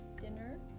dinner